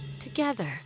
together